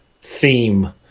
theme